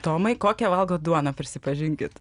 tomai kokią valgot duoną prisipažinkit